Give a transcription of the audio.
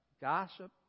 Gossip